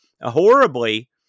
horribly